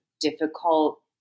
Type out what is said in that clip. difficult